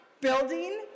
building